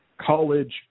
College